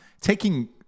Taking